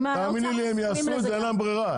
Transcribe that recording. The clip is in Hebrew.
הם יעשו, אין להם ברירה.